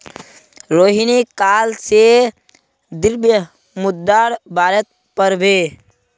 रोहिणी काल से द्रव्य मुद्रार बारेत पढ़बे